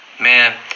Man